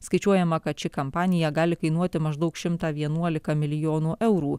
skaičiuojama kad ši kampanija gali kainuoti maždaug šimtą vienuolika milijonų eurų